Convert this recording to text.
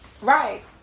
Right